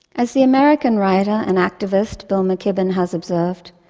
as the american writer and activist bill mckibben has observed,